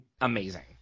amazing